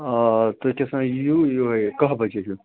آ تُہۍ کیٛاہ سا یِیِو یِہوٚے کَہہ بَجے ہیوٗ